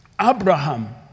Abraham